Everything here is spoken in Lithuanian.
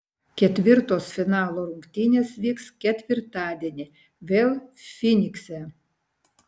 ketvirtos finalo rungtynės vyks ketvirtadienį vėl fynikse